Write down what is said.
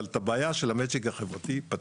אבל את הבעיה של המצ'ינג החברתי פתרנו.